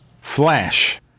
Flash